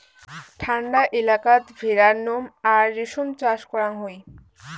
ঠান্ডা এলাকাত ভেড়ার নোম আর রেশম চাষ করাং হই